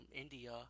India